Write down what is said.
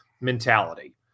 mentality